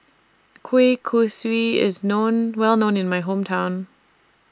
Kueh Kosui IS known Well known in My Hometown